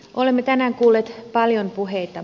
olemme tänään kuulleet paljon puheita